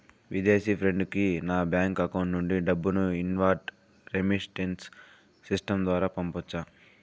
విదేశీ ఫ్రెండ్ కి నా బ్యాంకు అకౌంట్ నుండి డబ్బును ఇన్వార్డ్ రెమిట్టెన్స్ సిస్టం ద్వారా పంపొచ్చా?